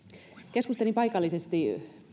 keskustelin paikallisesti